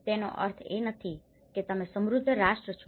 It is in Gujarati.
તેનો અર્થ એ નથી કે તમે સમૃદ્ધ રાષ્ટ્ર છો